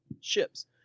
ships